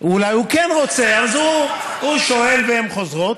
אולי הוא כן רוצה, אז הוא שואל והן חוזרות.